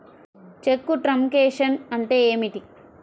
చెక్కు truncation అంటే ఏమిటి?